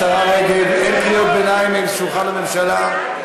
השרה רגב, אין קריאות ביניים משולחן הממשלה.